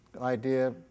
idea